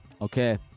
Okay